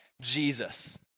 Jesus